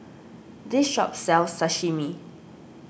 this shop sells Sashimi